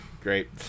great